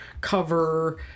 cover